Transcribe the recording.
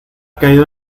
caído